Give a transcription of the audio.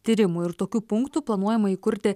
tyrimų ir tokių punktų planuojama įkurti